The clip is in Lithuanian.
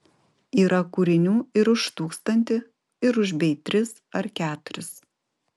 yra kūrinių ir už tūkstantį ir už bei tris ar keturis